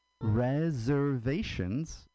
Reservations